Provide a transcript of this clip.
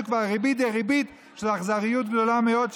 זו כבר ריבית דריבית של אכזריות גדולה מאוד.